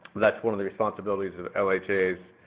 that's one of the responsibilities of like